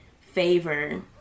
favor